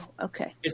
okay